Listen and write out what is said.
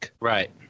Right